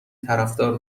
طرفدار